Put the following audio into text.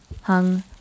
hung